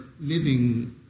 living